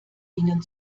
ihnen